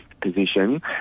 position